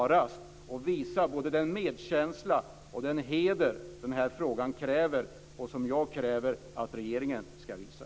Är det inte rimligt att man visar både den medkänsla och den heder den här frågan kräver och som jag kräver att regeringen ska visa?